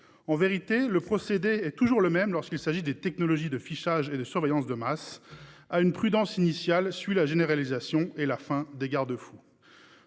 En vérité, le procédé est toujours le même lorsqu'il s'agit de technologies de fichage et de surveillance de masse : à la prudence initiale se substituent la généralisation et la fin des garde-fous.